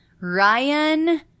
Ryan